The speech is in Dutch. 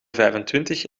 vijfentwintig